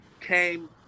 came